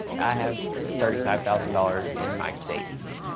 i have thirty five thousand dollars in my savings.